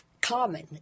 common